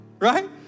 Right